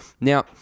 now